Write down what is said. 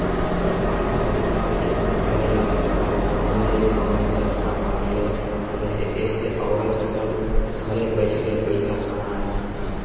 कपास रोजगार के बढ़ावे ला सरकार गांवे गांवे चरखा बटले रहे एसे औरत सभ घरे बैठले पईसा कमा सन